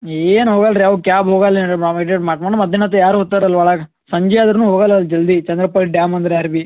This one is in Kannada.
ಏನು ಹೋಗಲ್ಲ ರೀ ಅವು ಕ್ಯಾಬ್ ಹೋಗಲ್ಲ ಏನು ಮಟ ಮಟ ಮಧ್ಯಾಹ್ನ ಹೊತ್ತಿಗೆ ಯಾರು ಹೋಗ್ತಾರ್ ಅಲ್ಲಿ ಒಳಗೆ ಸಂಜೆ ಆದ್ರು ಹೋಗಲ್ಲ ಅಲ್ಲಿ ಜಲ್ದಿ ಚಂದ್ರಪ್ಪನ ಡ್ಯಾಮ್ ಅಂದರೆ ಯಾರು ಬಿ